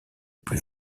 plus